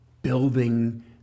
Building